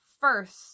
first